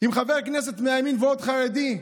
אם חבר הכנסת מהימין, ועוד חרדי,